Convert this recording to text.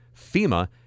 FEMA